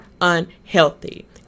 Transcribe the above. unhealthy